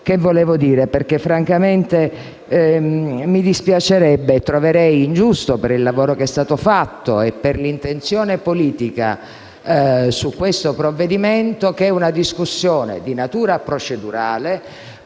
volevo dire, perché francamente mi dispiacerebbe e troverei ingiusto, per il lavoro fatto e per l'intenzione politica versata in questo provvedimento, che una discussione di natura procedurale